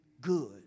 good